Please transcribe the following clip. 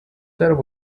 there